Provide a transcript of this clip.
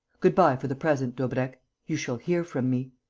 good-bye for the present, daubrecq you shall hear from me.